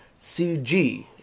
CG